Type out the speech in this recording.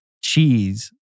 cheese